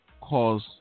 Cause